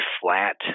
flat